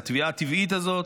התביעה הטבעית הזאת,